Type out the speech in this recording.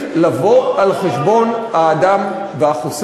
הפער האקטוארי שייווצר לא צריך לבוא על חשבון האדם והחוסך.